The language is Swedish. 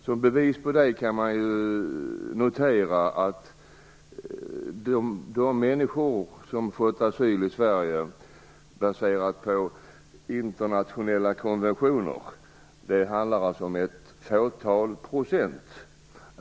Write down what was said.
Som bevis för det kan noteras att människor som fått asyl i Sverige baserat på internationella konventioner utgör ett fåtal procent.